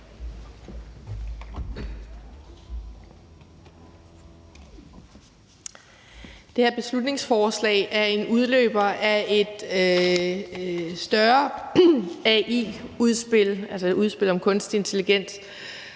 Det her beslutningsforslag er en udløber af et større udspil om kunstig intelligens,